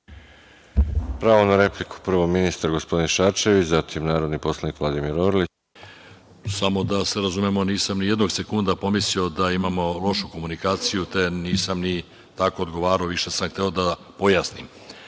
Pravo na repliku, ministar, gospodin Šarčević, a zatim narodni poslanik Vladimir Orlić. **Mladen Šarčević** Samo da se razumemo, nisam ni jednog sekunda pomislio da imamo lošu komunikaciju, te nisam ni tako odgovarao. Više sam hteo da pojasnim. Drugo,